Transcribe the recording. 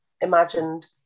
imagined